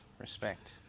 Respect